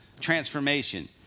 Transformation